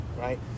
right